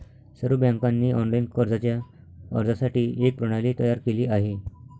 सर्व बँकांनी ऑनलाइन कर्जाच्या अर्जासाठी एक प्रणाली तयार केली आहे